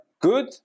good